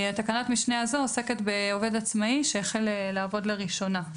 תקנת המשנה הזו עוסקת בעובד עצמאי שהחל לעבוד לראשונה.